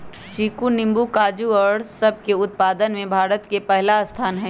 चीकू नींबू काजू और सब के उत्पादन में भारत के पहला स्थान हई